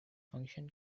function